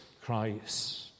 Christ